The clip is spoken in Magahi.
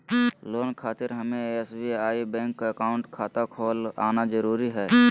लोन खातिर हमें एसबीआई बैंक अकाउंट खाता खोल आना जरूरी है?